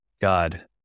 God